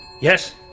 Yes